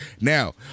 Now